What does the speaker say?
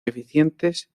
eficientes